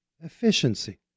efficiency